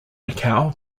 macau